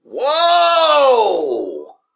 Whoa